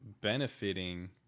benefiting